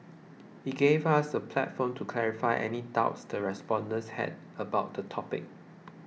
it gave us a platform to clarify any doubts the respondents had about the topic